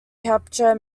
capture